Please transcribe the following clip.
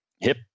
hip